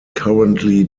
currently